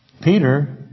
Peter